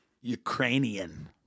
Ukrainian